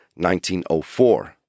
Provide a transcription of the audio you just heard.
1904